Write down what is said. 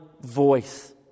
voice